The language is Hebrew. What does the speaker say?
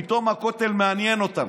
פתאום הכותל מעניין אותם.